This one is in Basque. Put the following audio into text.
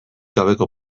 gabeko